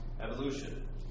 evolution